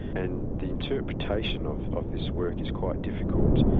and the interpretation of of this work is quite difficult.